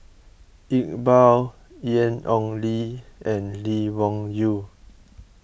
Iqbal Ian Ong Li and Lee Wung Yew